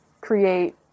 create